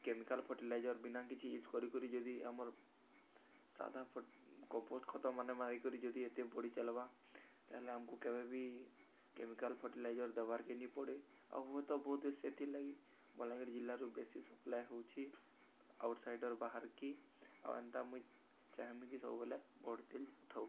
chemical fertiliser ବିନା କିଛି use କରିକରି ଯଦି ଆମର୍ ସାଧା କମ୍ପୋଷ୍ଟ ଖତମାନେ ମାରିକରି ଯଦି ଏତେ ବଢ଼ି ଚାଲ୍ବା ତାହେଲେ ଆମକୁ କେବେ ବିି କେମିକାଲ୍ ଫର୍ଟିଲାଇଜର୍ ଦବାର୍କେ ନି ପଡ଼େ ଆଉ ହୁଏତ ବହୁତ ସେଥିର୍ ଲାଗି ବଲାଗଡ଼ି ଜିଲ୍ଲାରୁ ବେଶୀ ସପ୍ଲାଏ ହଉଛି ଆଉଟ୍ସାଇଡ଼ର୍ ବାହାରକି ଆଉ ଏନ୍ତା ମୁଇଁ ଚାହିଁବି କି ସବୁବେଲେ ବଢ଼ିତିଲ୍ଥାଉ